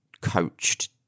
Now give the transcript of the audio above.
coached